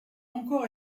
encore